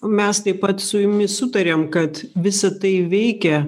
mes taip pat su jumis sutarėm kad visa tai veikia